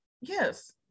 Yes